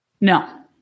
No